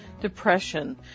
Depression